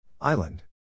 Island